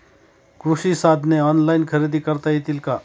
कृषी साधने ऑनलाइन खरेदी करता येतील का?